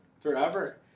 forever